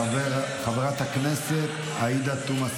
חברת הכנסת עאידה תומא סלימאן,